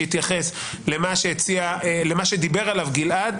שיתייחס למה שדיבר עליו גלעד.